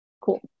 cool